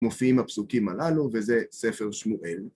מופיעים הפסוקים הללו, וזה ספר שמואל.